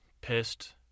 pissed